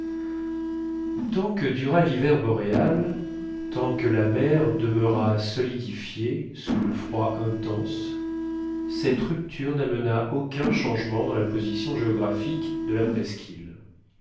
que dura l'hiver boréal tant que la mer demeura solidifiée sous le froid intense cette rupture n'amena aucun changement dans la position géographique de la presqu'île